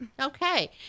Okay